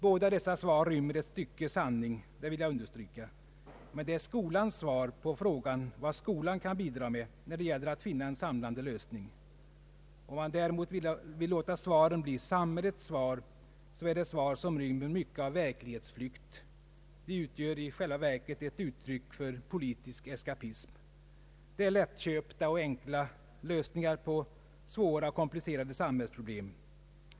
Båda dessa svar rymmer förvisso ett stycke sanning — det vill jag understryka. Men det är skolans svar på frågan om vad skolan kan bidra med, när det gäller att finna en samlande lösning. Om man däremot vill låta svaren bli samhällets svar, så är de svar som rymmer mycket av verklighetsflykt — de utgör i realiteten ett uttryck för politisk eskapism. De är lättköpta och enkla lösningar på oerhört svåra och komplicerade samhällsproblem.